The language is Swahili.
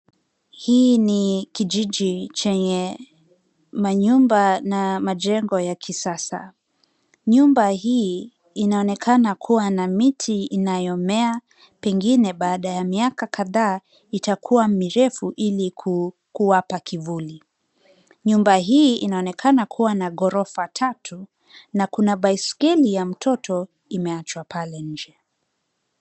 Hii ni kijiji chenye manyumba na majengo ya kisasa. Nyumba hii inaonekana kuwa na miti inayomea pengine baada ya miaka kadhaa itakuwa mirefu ili kuwapa kivuli. Nyumba hii inaonekana kuwa na ghorofa tatu na kuna baiskeli ya mtoto imeachwa pale nje.